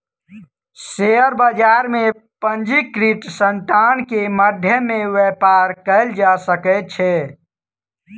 share बजार में पंजीकृत संतान के मध्य में व्यापार कयल जा सकै छै